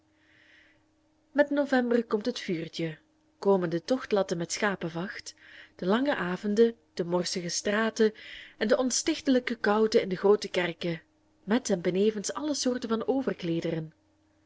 met november komt het vuurtje komen de tochtlatten met schapevacht de lange avonden de morsige straten en de onstichtelijke koude in de groote kerken met en benevens alle soorten van overkleederen